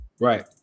Right